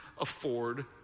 afford